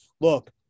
look